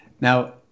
Now